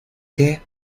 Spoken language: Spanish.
que